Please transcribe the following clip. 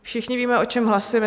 Všichni víme, o čem hlasujeme.